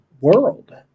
world